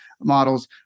models